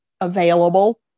Available